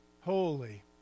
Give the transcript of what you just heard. holy